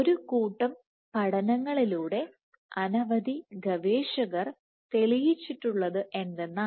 ഒരു കൂട്ടം പഠനങ്ങളിലൂടെ അനവധി ഗവേഷകർ തെളിയിച്ചിട്ടുള്ളത് എന്തെന്നാൽ